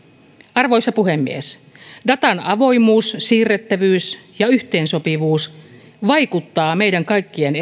arvoisa puhemies datan avoimuus siirrettävyys ja yhteensopivuus vaikuttavat meidän kaikkien